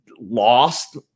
lost